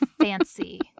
Fancy